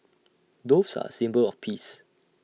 doves are A symbol of peace